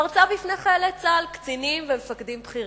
מרצה בפני חיילי צה"ל, קצינים ומפקדים בכירים.